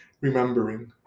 remembering